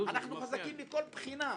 אנחנו חזקים מכל בחינה.